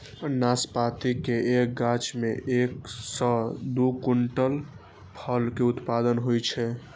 नाशपाती के एक गाछ मे एक सं दू क्विंटल फल के उत्पादन होइ छै